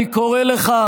אני קורא לך,